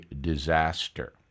disaster